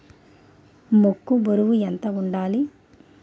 మొక్కొ బరువు ఎంత వుండాలి?